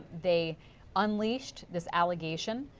they unleashed this allegation